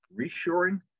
reshoring